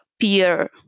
peer